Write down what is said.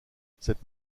cette